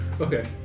Okay